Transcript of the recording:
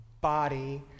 body